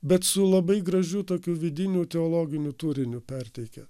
bet su labai gražiu tokiu vidiniu teologiniu turiniu perteikia